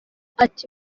ati